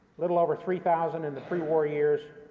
little over three thousand in the pre-war years.